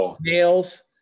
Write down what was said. nails